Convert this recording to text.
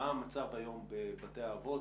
מה המצב היום בבתי האבות?